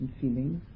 feelings